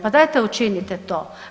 Pa dajte učinite to.